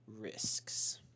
risks